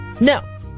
No